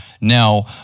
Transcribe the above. Now